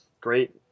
great